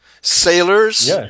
sailors